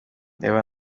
reba